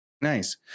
Nice